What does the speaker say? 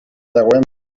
dagoen